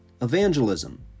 Evangelism